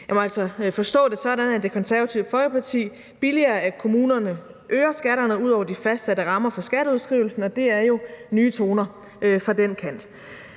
Jeg må altså forstå det sådan, at Det Konservative Folkeparti billiger, at kommunerne øger skatterne ud over de fastsatte rammer for skatteudskrivelsen. Det er jo nye toner fra den kant.